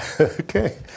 Okay